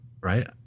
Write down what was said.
right